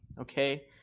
okay